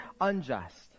unjust